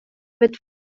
with